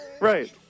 right